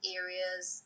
areas